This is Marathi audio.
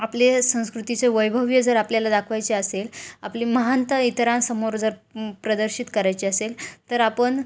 आपले संस्कृतीचे वैभव जर आपल्याला दाखवायचे असेल आपली महानता इतरांसमोर जर प्रदर्शित करायची असेल तर आपण